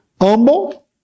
humble